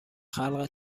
خلق